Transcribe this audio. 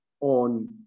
on